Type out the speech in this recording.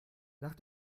nach